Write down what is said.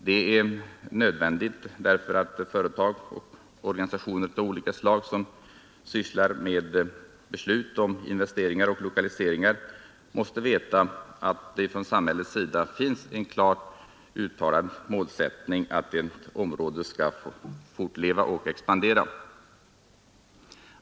Det är nödvändigt därför att företag och organisationer av olika slag, som fattar beslut om investeringar och lokaliseringar, måste veta att från samhällets sida finns en klart uttalad målsättning att ett område skall fortleva och expandera.